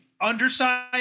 underside